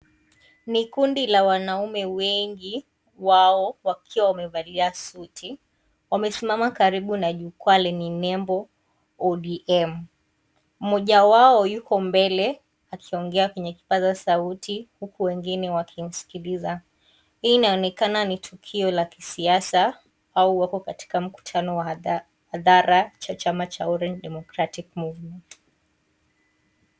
Ni kundi la wanaume wengi, wao wakiwa wamevalia suti, wamesimama karibu na jukwaa lenye nembo ODM . Mmoja wao Yuko mbele akiongea kwenye kipasa sauti huku wengine wakimskiliza. Hii inaonekana ni tukio la kisiasa au wako katika mkutano wa Hadhara cha chama cha Orange Democratic Movement .